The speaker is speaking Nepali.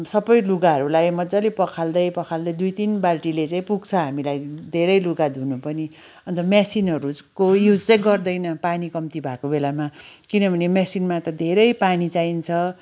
सबै लुगाहरूलाई मजाले पखाल्दै पखाल्दै दुई तिन बाल्टीले चाहिँ पुग्छ हामीलाई धेरै लुगा धुनु पनि अन्त मेसिनहरूको युज चाहिँ गर्दैनौँ पानी कम्ती भएको बेलामा किनभने मेसिनमा त धेरै पानी चाहिन्छ